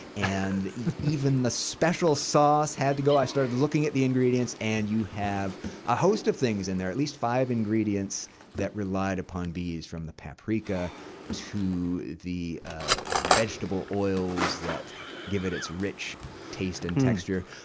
and even the special sauce had to go. i started looking at the ingredients and you have a host of things in there at least five ingredients that relied on bees, from the paprika to the vegetable oils that give it its rich taste and texture.